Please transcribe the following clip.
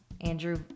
Andrew